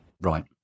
Right